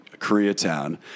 Koreatown